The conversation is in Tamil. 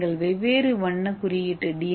நீங்கள் வெவ்வேறு வண்ண குறியீட்டு டி